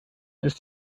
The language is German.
ist